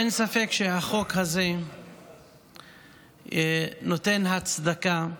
אין ספק שהחוק הזה נותן הצדקה לאפליה,